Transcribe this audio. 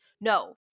No